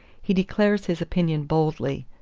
he declares his opinion boldly.